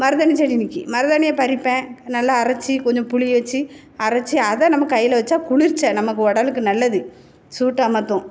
மருதாணி செடி நிற்கி மருதாணியை பறிப்பேன் நல்லா அரைச்சி கொஞ்சம் புளி வச்சு அரைச்சி அதை நம்ம கையில் வைச்சா குளிர்ச்சி நம்ம உடலுக்கு நல்லது சூட்டை அமர்த்தும்